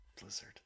Blizzard